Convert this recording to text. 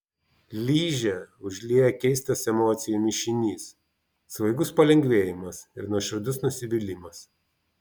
ližę užlieja keistas emocijų mišinys svaigus palengvėjimas ir nuoširdus nusivylimas